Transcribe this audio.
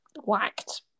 whacked